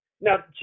Now